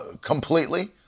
completely